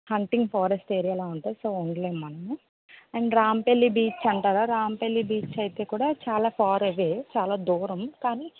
hunting forest area లాగా ఉంటుంది so ఉండలేము మనము అండ్ రాంపల్లి బీచ్ అంటారా రాంపల్లి బీచ్ అయితే కూడా చాలా ఫార్ అవే చాలా దూరం కానీ